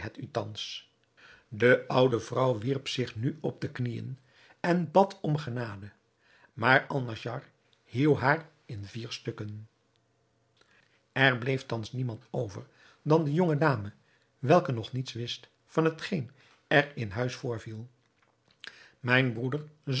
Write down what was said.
thans de oude vrouw wierp zich nu op de knieën en had om genade maar alnaschar hieuw haar in vier stukken er bleef thans niemand over dan de jonge dame welke nog niets wist van hetgeen er in huis voorviel mijn broeder